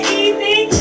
evening